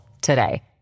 today